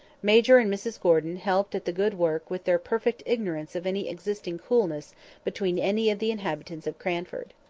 major and mrs gordon helped at the good work with their perfect ignorance of any existing coolness between any of the inhabitants of cranford.